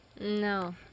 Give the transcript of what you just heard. No